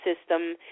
system